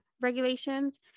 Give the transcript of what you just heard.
regulations